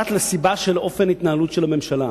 פרט לסיבה של אופן ההתנהלות של הממשלה.